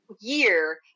year